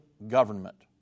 government